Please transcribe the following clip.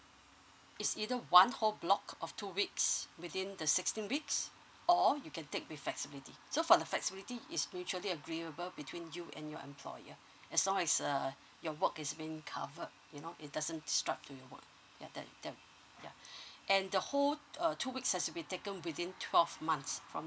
it's either one whole block of two weeks within the sixteen weeks or you can take with flexibility so for the flexibility is mutually agreeable between you and your employer as long as uh your work is being covered you know it doesn't disrupt your work like that that yeah and the whole uh two weeks has to be taken within twelve months from